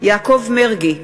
יעקב מרגי,